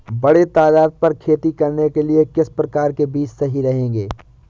बड़े तादाद पर खेती करने के लिए किस प्रकार के बीज सही रहेंगे?